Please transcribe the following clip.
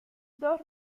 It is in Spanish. dos